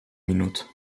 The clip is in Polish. minut